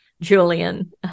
Julian